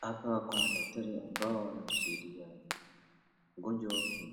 Hapa kuna daktari ambao wanamsaidia mgonjwa wake,